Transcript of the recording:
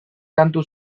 kantu